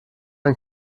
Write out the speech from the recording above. ein